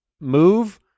move